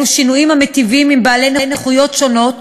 אלו שינויים המיטיבים עם בעלי נכויות שונות,